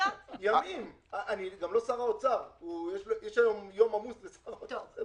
אני לא שר האוצר, יש יום עמוס לשר האוצר.